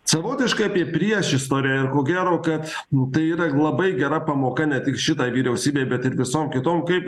savotiškai apie priešistorę ir ko gero kad tai yra labai gera pamoka ne tik šitai vyriausybei bet ir visom kitom kaip